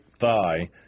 thigh